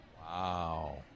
Wow